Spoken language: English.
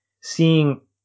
seeing